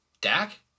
Dak